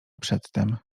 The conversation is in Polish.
przedtem